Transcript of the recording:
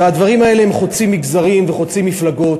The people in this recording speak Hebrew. הדברים האלה חוצים מגזרים וחוצים מפלגות.